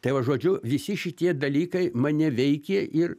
tai va žodžiu visi šitie dalykai mane veikė ir